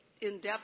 in-depth